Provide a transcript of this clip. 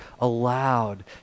allowed